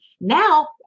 Now